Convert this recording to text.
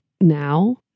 now